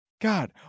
God